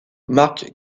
marc